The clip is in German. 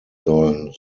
sollen